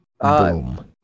Boom